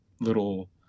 little